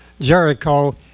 Jericho